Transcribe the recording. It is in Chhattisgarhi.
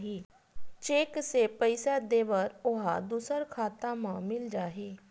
चेक से पईसा दे बर ओहा दुसर खाता म मिल जाही?